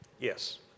Yes